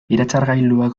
iratzargailuak